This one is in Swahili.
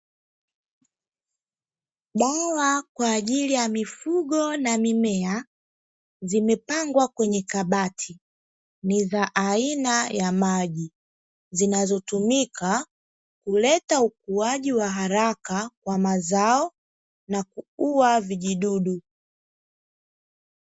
Dawa kwa ajili ya mifugo na mimea, zimepangwa kwenye kabati, ni za aina ya maji, zinazotumika kuleta ukuaji wa haraka kwa mazao na kuua vijidudu.